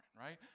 right